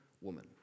woman